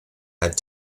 had